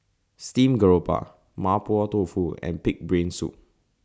Steamed Garoupa Mapo Tofu and Pig'S Brain Soup